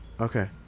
Okay